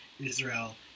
Israel